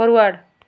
forward